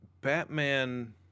batman